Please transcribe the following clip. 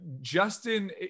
Justin